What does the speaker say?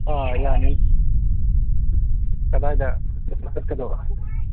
ꯑ ꯌꯥꯅꯤ ꯀꯗꯥꯏꯗ ꯆꯠꯀꯗꯕ